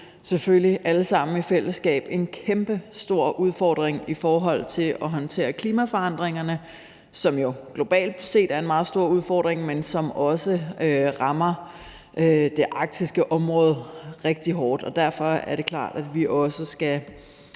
selvfølgelig alle sammen i fællesskab en kæmpestor udfordring i forhold til at håndtere klimaforandringerne, som jo globalt set er en meget stor udfordring, men som også rammer det arktiske område rigtig hårdt, og derfor er det klart, at vi også skal